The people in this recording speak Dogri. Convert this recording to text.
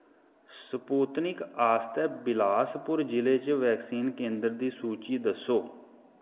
स्पुत्निक आस्तै बिलासपुर जि'ले च वैक्सीन केंदर दी सूची दस्सो